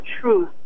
truth